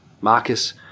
marcus